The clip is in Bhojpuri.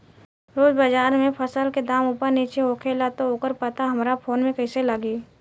रोज़ बाज़ार मे फसल के दाम ऊपर नीचे होखेला त ओकर पता हमरा फोन मे कैसे लागी?